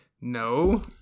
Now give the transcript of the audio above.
No